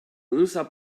unser